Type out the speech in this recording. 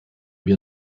wir